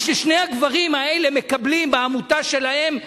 מה ששני הגברים האלה מקבלים בעמותה שלהם,